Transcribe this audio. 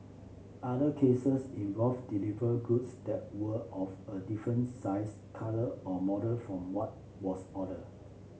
other cases involved delivered goods that were of a different size colour or model from what was ordered